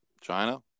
China